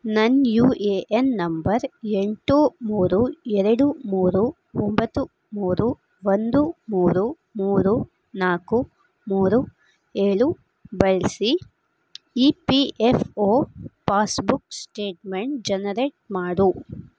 ನನ್ನ U A N number ಎಂಟು ಮೂರು ಎರಡು ಮೂರು ಒಂಬತ್ತು ಮೂರು ಒಂದು ಮೂರು ಮೂರು ನಾಲ್ಕು ಮೂರು ಏಳು ಬಳಸಿ E P F O passbook statement generate ಮಾಡು